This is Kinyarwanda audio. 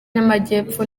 y’amajyepfo